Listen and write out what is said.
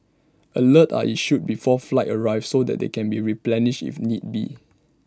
alerts are issued before flights arrive so that they can be replenished if need be